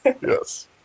Yes